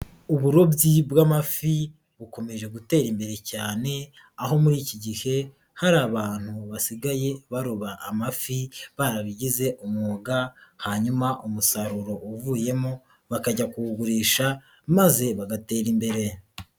Aburobyi bw'amafi bukomeje gutera imbere cyane, aho muri iki gihe hari abantu basigaye baroba amafi barabigize umwuga hanyuma umusaruro uvuyemo bakajya kuwugurisha maze bagatera imbere.